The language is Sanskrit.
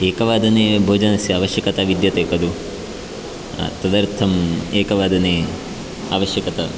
एकवादने भोजनस्य आवश्यकता विद्यते खलु तदर्थम् एकवादने आवश्यकता